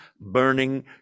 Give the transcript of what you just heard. burning